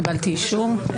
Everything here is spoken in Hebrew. קיבלתי אישור.